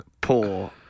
poor